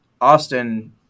Austin